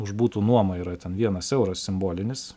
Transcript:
už butų nuomą yra ten vienas euras simbolinis